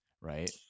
right